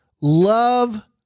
love